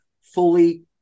fully